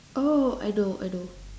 oh I know I know